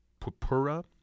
Papura